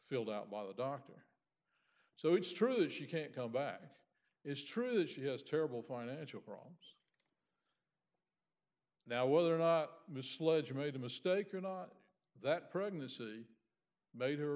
filled out by the doctor so it's true she can't come back it's true she has terrible financial problems now whether or not misled you made a mistake or not that pregnancy made